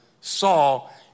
Saul